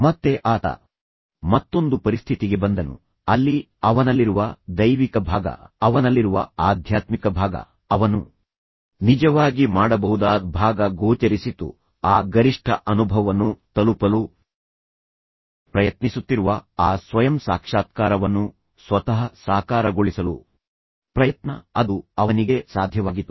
ಮತ್ತೆ ಆತ ಮತ್ತೊಂದು ಪರಿಸ್ಥಿತಿಗೆ ಬಂದನು ಅಲ್ಲಿ ಅವನಲ್ಲಿರುವ ದೈವಿಕ ಭಾಗ ಅವನಲ್ಲಿರುವ ಆಧ್ಯಾತ್ಮಿಕ ಭಾಗ ಅವನು ನಿಜವಾಗಿ ಮಾಡಬಹುದಾದ ಭಾಗ ಗೋಚರಿಸಿತು ಆ ಗರಿಷ್ಠ ಅನುಭವವನ್ನು ತಲುಪಲು ಪ್ರಯತ್ನಿಸುತ್ತಿರುವ ಆ ಸ್ವಯಂ ಸಾಕ್ಷಾತ್ಕಾರವನ್ನು ಸ್ವತಃ ಸಾಕಾರಗೊಳಿಸಲು ಪ್ರಯತ್ನ ಅದು ಅವನಿಗೆ ಸಾಧ್ಯವಾಗಿತ್ತು